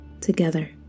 together